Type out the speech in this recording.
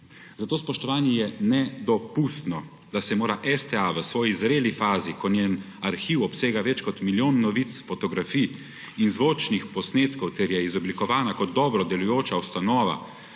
Zato, spoštovani, je nedopustno, da se mora STA v svojih zreli fazi, ko njen arhiv obsega več kot milijon novic, fotografij in zvočnih posnetkov ter je izoblikovana kot dobro delujoča ustanova